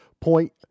Point